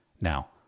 Now